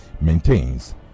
maintains